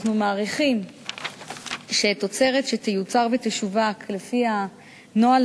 אנחנו מעריכים שתוצרת שתיוצר ותשווק לפי הנוהל